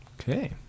Okay